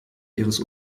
ihres